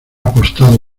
apostado